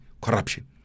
Corruption